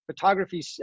photography